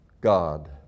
God